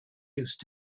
used